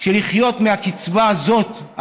של לחיות מהקצבה הזאת,